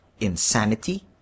insanity